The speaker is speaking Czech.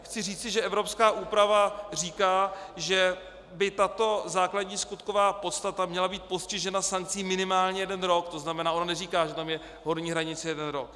Chci říci, že evropská úprava říká, že by tato základní skutková podstata měla být postižena sankcí minimálně jeden rok, to znamená, že ona neříká, že tam je horní hranice jeden rok.